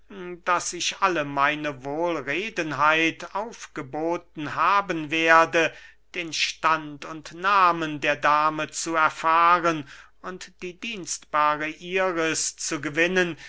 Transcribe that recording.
daß ich alle meine wohlredenheit aufgeboten haben werde den stand und nahmen der dame zu erfahren und die dienstbare iris zu gewinnen